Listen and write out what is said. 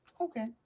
Okay